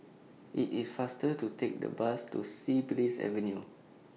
IT IS faster to Take The Bus to Sea Breeze Avenue